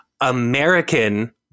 American